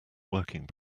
working